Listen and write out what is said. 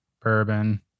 bourbon